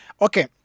Okay